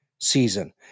season